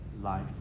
life